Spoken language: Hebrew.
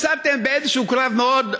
הפסדתם באיזה קרב מאוד,